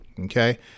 Okay